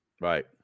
Right